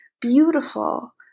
beautiful